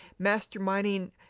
masterminding